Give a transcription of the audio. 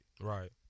Right